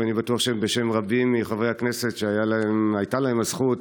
אני בטוח שבשם רבים מחברי הכנסת שהייתה להם הזכות